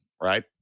Right